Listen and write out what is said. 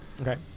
Okay